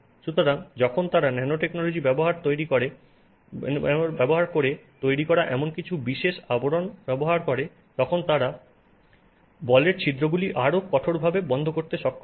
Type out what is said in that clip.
সুতরাং যখন তারা ন্যানোটেকনোলজি ব্যবহার করে তৈরি করা এমন কিছু বিশেষ আবরণ ব্যবহার করে তখন তারা বলের ছিদ্রগুলি আরও কার্যকরভাবে বন্ধ করতে সক্ষম হয়